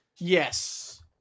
yes